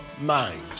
mind